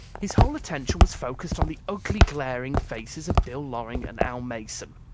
his whole attention was focused on the ugly glaring faces of bill loring and al mason.